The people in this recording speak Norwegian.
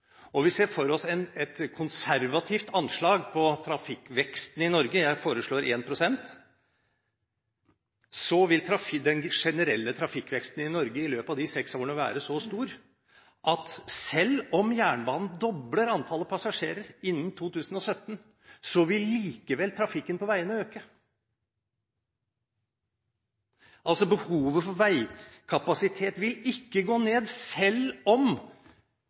og vi ser for oss et konservativt anslag på trafikkveksten i Norge på – jeg foreslår – 1 pst., så vil den generelle trafikkveksten i Norge på de seks årene være så stor at selv om jernbanen dobler antallet passasjerer innen 2017, vil likevel trafikken på veiene øke. Altså: Behovet for veikapasitet vil ikke gå ned, selv om